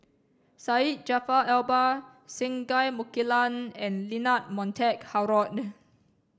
Syed Jaafar Albar Singai Mukilan and Leonard Montague Harrod